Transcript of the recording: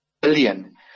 billion